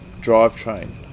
drivetrain